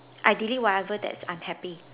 I delete whatever that's unhappy